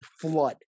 flood